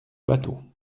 bateau